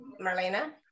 Marlena